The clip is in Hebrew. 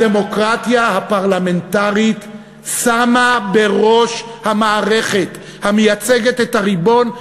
הדמוקרטיה הפרלמנטרית שמה בראש המערכת המייצגת את הריבון,